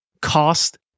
cost